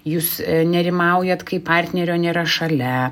jūs nerimaujat kai partnerio nėra šalia